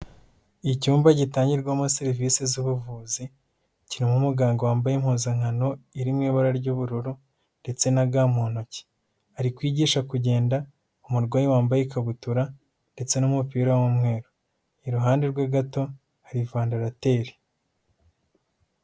Icyumba gitangirwamo serivise z'ubuvuzi, kirimo umuganga wambaye impuzankano iri mu ibara ry'ubururu ndetse na ga mu ntoki. Ari kwigisha kugenda umurwayi wambaye ikabutura ndetse n'umupira w'umweru. Iruhande rwe gato hari vandarateri.